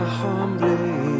humbly